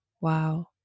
Wow